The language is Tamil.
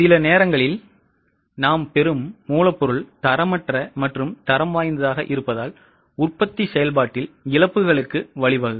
சில நேரங்களில் நாம் பெறும் மூலப்பொருள் தரமற்ற மற்றும் தரம் வாய்ந்ததாக இருப்பதால் உற்பத்தி செயல்பாட்டில் இழப்புகளுக்கு வழிவகுக்கும்